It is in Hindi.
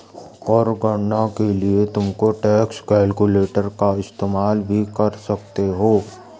कर गणना के लिए तुम टैक्स कैलकुलेटर का इस्तेमाल भी कर सकते हो